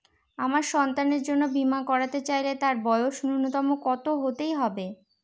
আমার সন্তানের জন্য বীমা করাতে চাইলে তার বয়স ন্যুনতম কত হতেই হবে?